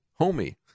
Homie